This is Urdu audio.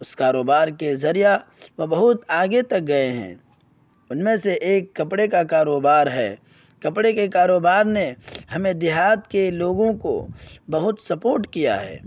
اس کاروبار کے ذریعہ وہ بہت آگے تک گئے ہیں ان میں سے ایک کپڑے کا کاروبار ہے کپڑے کے کاروبار نے ہمیں دیہات کے لوگوں کو بہت سپورٹ کیا ہے